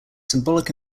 symbolic